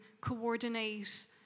coordinate